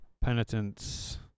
Penitence